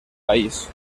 país